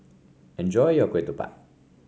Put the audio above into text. enjoy your Ketupat